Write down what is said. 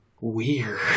weird